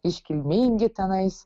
iškilmingi tenais